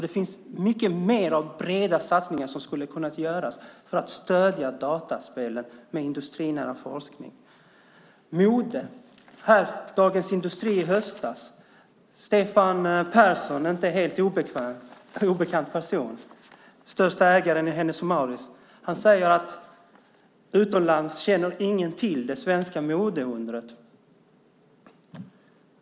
Det finns mycket mer av breda satsningar som skulle ha kunnat göras för att stödja dataspelsföretagen med industrinära forskning. När det gäller mode sade Stefan Persson, en inte helt obekant person, största ägaren i Hennes & Mauritz, i Dagens Industri i höstas att ingen utomlands känner till det svenska modeundret.